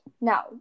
Now